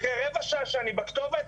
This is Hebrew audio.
אחרי רבע שעה שאני בכתובת,